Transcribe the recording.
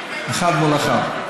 אחד מול אחד.